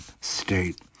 state